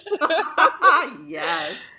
yes